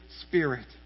Spirit